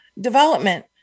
development